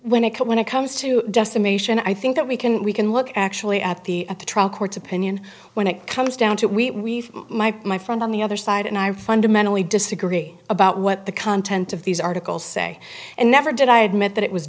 when it come when it comes to decimation i think that we can we can look actually at the at the trial court's opinion when it comes down to we my my friend on the other side and i fundamentally disagree about what the content of these articles say and never did i admit that it was